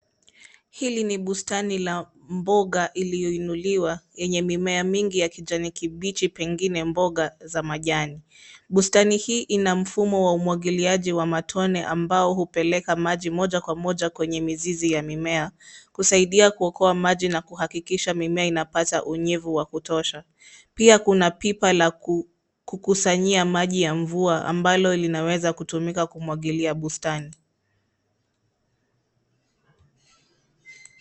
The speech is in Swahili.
Hili ni bustani la mboga iliyoinuliwa, yenye mimea mingi ya kijani kibichi pengine mboga za majani. Bustani hii ina mfumo wa umwagiliaji wa matone ambao hupeleka maji moja kwa moja kwenye mizizi ya mimea, kusaidia kuokoa maji na kuhakikisha mimea inapata unyevu wa kutosha. Pia kuna pipa la kukusanyia maji ya mvua ambalo linaweza kutumika kumwagilia bustani.